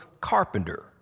carpenter